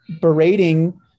berating